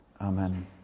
Amen